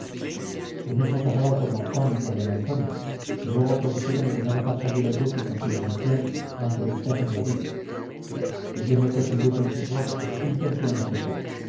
lo mismo pasaba por don juan y por don antonio que luego propusieron de no dejar salir al duque con su intención aunque le quitasen la vida leyendo pues el duque en sus rostros sus intenciones dijo